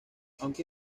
aunque